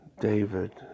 David